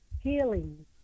healing